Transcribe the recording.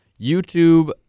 YouTube